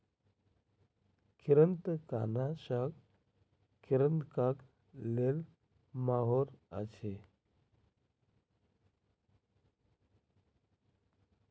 कृंतकनाशक कृंतकक लेल माहुर अछि